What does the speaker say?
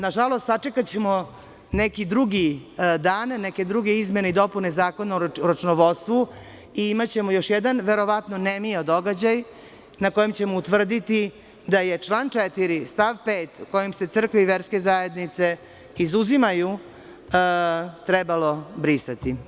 Nažalost, sačekaćemo neki drugi dan, neke druge izmene i dopune Zakona o računovodstvu i imaćemo još jedan verovatno nemio događaj na kojem ćemo utvrditi da je član 4. stav 5. kojim se crkve i verske zajednice izuzimaju trebalo brisati.